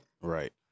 Right